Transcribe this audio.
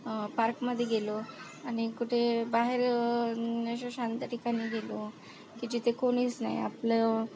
पार्कमध्ये गेलो आणि कुठे बाहेर अशा शांत ठिकाणी गेलो की जिथे कोणीच नाही आपलं